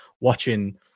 watching